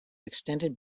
extended